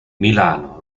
milano